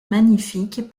magnifique